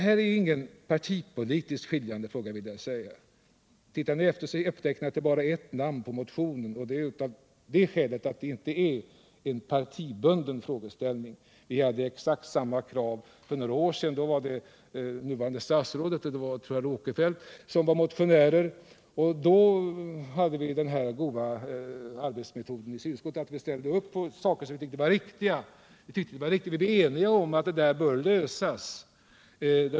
Detta är ingen partiskiljande fråga. Om ni tittar efter finner ni att det bara är ett namn under motionen, och skälet är just att det inte är en partibunden fråga. Vi hade exakt samma krav för några år sedan i en motion av dåvarande ordföranden och Sven Eric Åkerfeldt. Då hade vi den goda arbetsmetoden i civilutskottet att vi ställde upp på det som vi tyckte var riktigt. Vi var eniga om att frågan borde lösas.